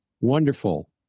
wonderful